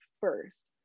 first